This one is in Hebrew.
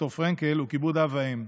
ד"ר פרנקל, הוא כיבוד אב ואם.